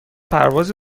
پرواز